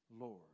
Lord